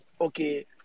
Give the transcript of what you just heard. okay